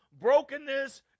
brokenness